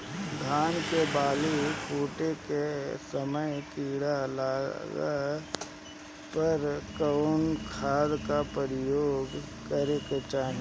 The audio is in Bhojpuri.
धान के बाली फूटे के समय कीट लागला पर कउन खाद क प्रयोग करे के चाही?